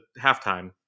halftime